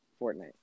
Fortnite